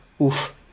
Oof